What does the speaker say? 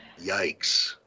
Yikes